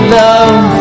love